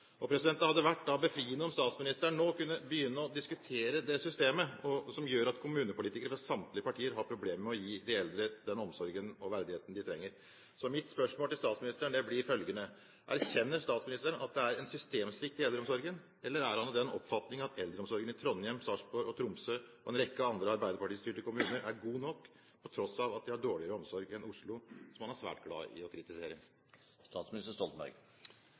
Det hadde vært befriende om statsministeren nå kunne begynne å diskutere det systemet som gjør at kommunepolitikere fra samtlige partier har problemer med å gi de eldre den omsorgen og verdigheten de trenger. Mitt spørsmål til statsministeren blir følgende: Erkjenner statsministeren at det er en systemsvikt i eldreomsorgen? Eller er han av den oppfatning at eldreomsorgen i Trondheim, Sarpsborg, Tromsø og en rekke andre arbeiderpartistyrte kommuner er god nok, på tross av at de har en dårligere omsorg enn de har i Oslo, som han er svært glad i å kritisere?